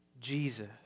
Jesus